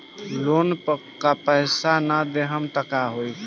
Loan का पैस न देहम त का होई?